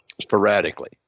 sporadically